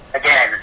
again